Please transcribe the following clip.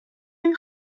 این